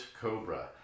Cobra